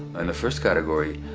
in the first category,